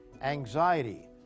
anxiety